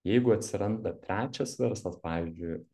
jeigu atsiranda trečias verslas pavyzdžiui